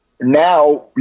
now